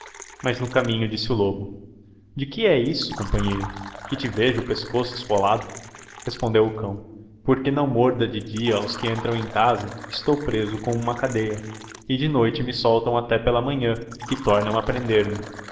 mas no caminho disse o lobo de que lie isso companheiro que te vejo o pescoço esfolado respondeo o cão porque não morda de dia aos que entrão em casa estou preso com liuma cadea e de noite me sollão até pela manliã que tornão